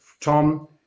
Tom